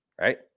Right